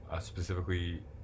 specifically